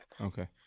Okay